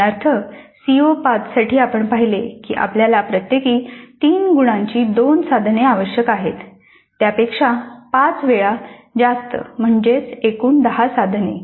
उदाहरणार्थ सीओ 5 साठी आपण पाहिले की आपल्याला प्रत्येकी 3 गुणांची दोन साधने आवश्यक आहेत त्यापेक्षा पाच वेळा जास्त म्हणजेच एकूण 10 साधने